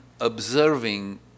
observing